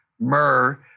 Myrrh